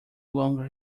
longer